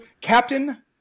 Captain